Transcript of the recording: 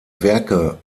werke